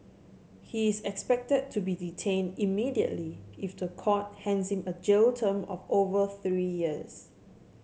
he is expected to be detained immediately if the court hands him a jail term of over three years